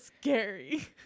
scary